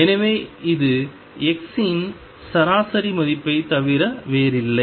எனவே இது x இன் சராசரி மதிப்பைத் தவிர வேறில்லை